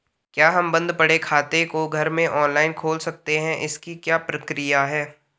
क्या हम बन्द पड़े खाते को घर में ऑनलाइन खोल सकते हैं इसकी क्या प्रक्रिया है?